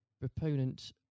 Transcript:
proponent